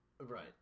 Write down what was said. Right